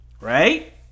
right